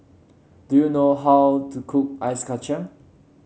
do you know how to cook Ice Kachang